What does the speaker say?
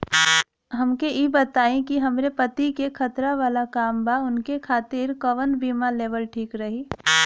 हमके ई बताईं कि हमरे पति क खतरा वाला काम बा ऊनके खातिर कवन बीमा लेवल ठीक रही?